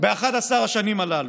ב-11 השנים הללו?